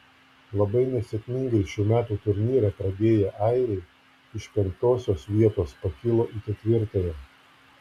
labai nesėkmingai šių metų turnyrą pradėję airiai iš penktosios vietos pakilo į ketvirtąją